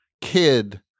kid